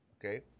okay